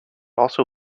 also